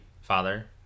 father